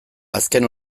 azken